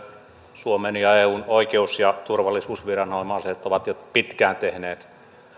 suomen ja eun oikeus ja turvallisuusviranomaiset ovat jo pitkään tehneet